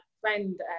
friend